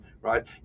right